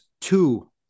two